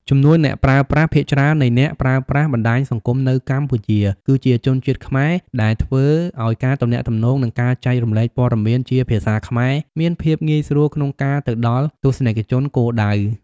ចំនួនអ្នកប្រើប្រាស់ ភាគច្រើននៃអ្នកប្រើប្រាស់បណ្ដាញសង្គមនៅកម្ពុជា គឺជាជនជាតិខ្មែរ ដែលធ្វើឲ្យការទំនាក់ទំនង និងការចែករំលែកព័ត៌មានជាភាសាខ្មែរមានភាពងាយស្រួលក្នុងការទៅដល់ទស្សនិកជនគោលដៅ។